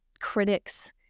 critics